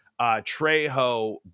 Trejo